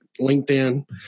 LinkedIn